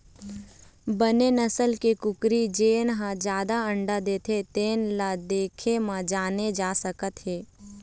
बने नसल के कुकरी जेन ह जादा अंडा देथे तेन ल देखे म जाने जा सकत हे